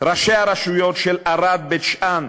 ראשי הרשויות של ערד, בית-שאן,